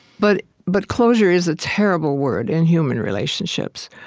but but closure is a terrible word in human relationships.